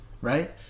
right